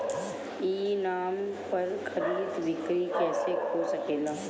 ई नाम पर खरीद बिक्री कैसे हो सकेला?